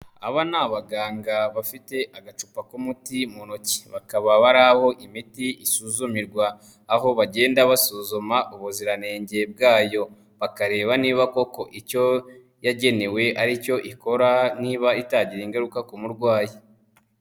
Aba ni abaganga bafite agacupa k'umuti mu ntoki, bakaba bari aho imiti isuzumirwa. Aho bagenda basuzuma ubuziranenge bwayo bakareba niba koko icyo yagenewe aricyo ikora niba itagira ingaruka ku murwayi.